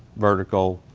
vertical,